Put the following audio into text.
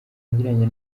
yagiranye